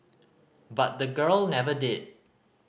but the girl never did